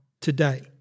today